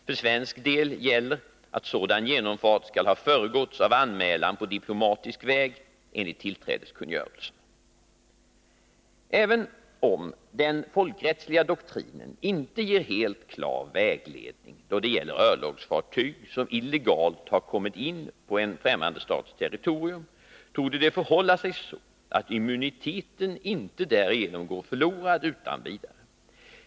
För svensk del gäller att sådan genomfart skall ha föregåtts av anmälan på diplomatisk väg enligt tillträdeskungörelsen . Även om den folkrättsliga doktrinen inte ger helt klar vägledning då det gäller örlogsfartyg som illegalt har kommit in på en främmande stats territorium, torde det förhålla sig så att immuniteten inte därigenom går förlorad utan vidare.